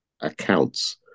accounts